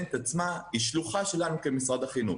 הגננת עצמה היא שלוחה שלנו כמשרד החינוך